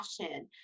passion